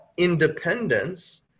independence